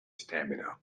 stamina